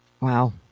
Wow